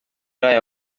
aya